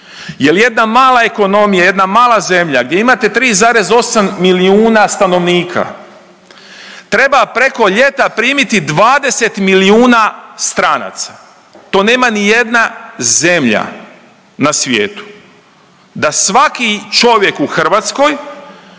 jel jedna mala ekonomija, jedna mala zemlja gdje imate 3,8 milijuna stanovnika treba preko ljeta primiti 20 milijuna stranaca, to nema nijedna zemlja na svijetu da svaki čovjek u Hrvatskoj